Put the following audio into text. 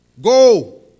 go